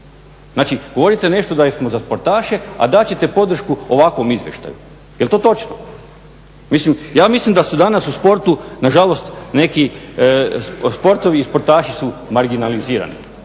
Znači, govorite nešto da jesmo za sportaše, a dat ćete podršku ovakvom izvještaju. Jel to točno? Mislim, ja mislim da su danas u sportu, nažalost neki sportovi i sportaši su marginalizirani.